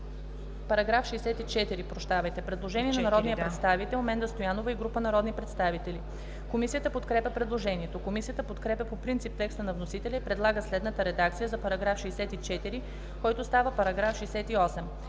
По § 64 има предложение на народния представител Менда Стоянова и група народни представители. Комисията подкрепя предложението. Комисията подкрепя по принцип текста на вносителя и предлага следната редакция за § 64, който става § 68: „§ 68.